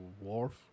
wharf